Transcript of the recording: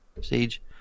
stage